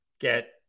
get